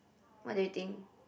what do you think